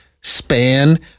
span